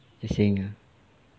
just saying ah